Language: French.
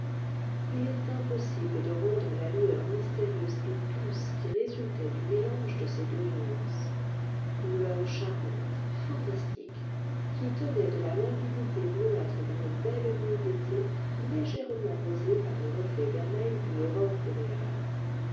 il est impossible de rendre la lueur mystérieuse et douce qui résultait du mélange de ces deux nuances lueur charmante fantastique qui tenait de la limpidité bleuâtre d'une belle nuit d'été légèrement rosée par les reflets vermeils d'une aurore boréale